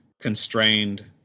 constrained